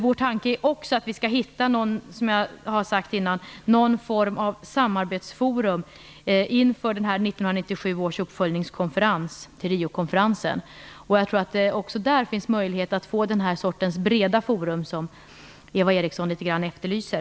Vår tanke är också att vi skall hitta någon form av samarbetsforum, som jag har sagt tidigare, inför Jag tror att det också där finns möjlighet att få den här sortens breda forum som Eva Eriksson efterlyser.